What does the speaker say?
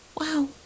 Wow